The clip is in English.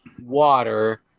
water